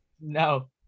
No